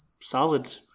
solid